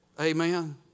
Amen